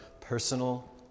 personal